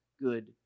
good